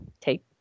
take